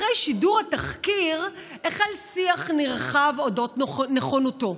אחרי שידור התחקיר החל שיח נרחב על אודות נכונותו.